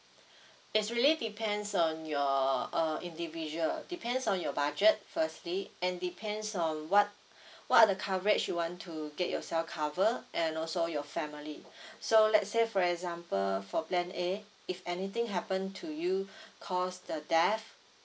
it's really depends on your uh individual depends on your budget firstly and depends on what what are the coverage you want to get yourself cover and also your family so let's say for example for plan A if anything happen to you cause the death